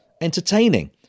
entertaining